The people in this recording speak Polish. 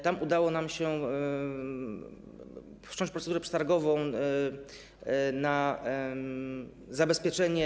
Tam udało się nam wszcząć procedurę przetargową na zabezpieczenie